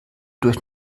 durch